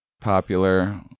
popular